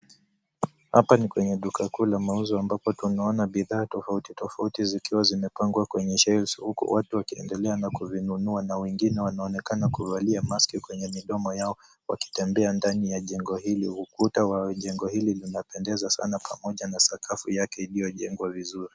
Hapa ni duka kuu la mauzo ambapo tunaona bidhaa tofauti tofauti zikiwa zimepangwa kwenye shelfu huku watu wakiendelea na kuvinunua. Wengine wanaonekana kuvalia maski kwenye midomo yao wakitembea ndani ya jengo hili. Ukuta wa jengo hili linapendeza sana pamoja na sakafu yake iliyojengwa vizuri.